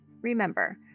Remember